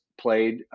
played